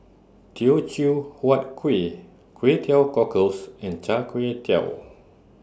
Teochew Huat Kuih Kway Teow Cockles and Char Kway Teow